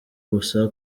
gusa